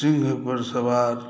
सिंह पर सवार